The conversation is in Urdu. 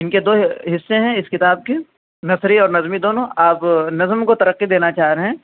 ان کے دو حصے ہیں اس کتاب کے نثری اور نظمی دونوں آپ نظم کو ترقی دینا چاہ رہے ہیں